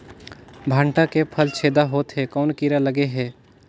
भांटा के फल छेदा होत हे कौन कीरा लगे हे?